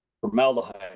Formaldehyde